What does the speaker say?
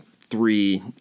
three